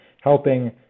helping